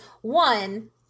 one